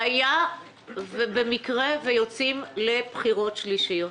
והיה במקרה ויוצאים לבחירות שלישיות.